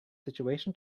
situation